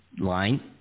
line